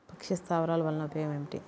పక్షి స్థావరాలు వలన ఉపయోగం ఏమిటి?